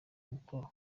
mukoro